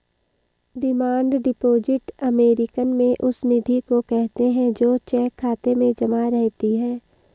demand deposit American में उस निधि को कहते हैं जो चेक खाता में जमा रहती है